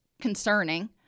concerning